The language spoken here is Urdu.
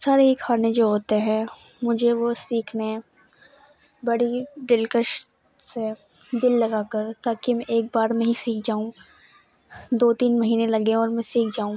سارے ہی کھانے جو ہوتے ہیں مجھے وہ سیکھنے ہیں بڑی دلکش سے دل لگا کر تاکہ میں ایک بار میں ہی سیکھ جاؤں دو تین مہینے لگیں اور میں سیکھ جاؤں